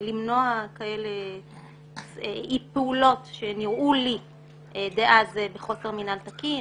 למנוע פעולות שנראו לי אז בחוסר מינהל תקין.